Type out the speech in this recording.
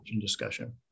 discussion